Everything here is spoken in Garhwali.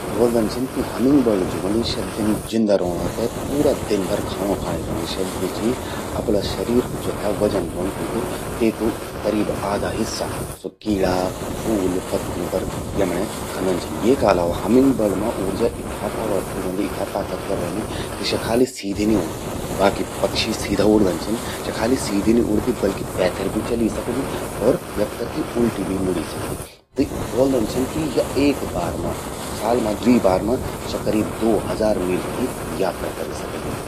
ब्वोल्दन छिन कि हमिंग बर्ड ज्वो ह्वोंदि स्या जिंदा रौणों ते पूरा दिन भर खाणों खाणीं रौंदि। स्या ज्वो चि, अपणां शरीर कू जथ्या वजन रौंद तींकु, तेकु करीब स्वो आधा हिस्सा कीड़ा, फूल, पत्यूं पर यमण्यें खंदन छिन। येका अलावा हमिंग बर्ड मां ऊंर्जा इत्था पावरफुल रौंदि, इत्था ताकतवर रौंदि कि स्या खाली सीधी नि उड़दि। बाकी पक्षी सीधा उड़दन छिन, स्या खाली सीधी नी उड़दि बल्कि पैथर भी चली सकदि अर यख तक कि उल्टी भी उड़ी सकदि। त ब्वोल्दन छिन कि या एक बार मां या साल का द्वी बार मां स्या दो हजार मीव की यात्रा करि सकदि।